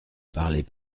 parlez